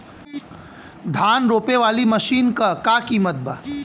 धान रोपे वाली मशीन क का कीमत बा?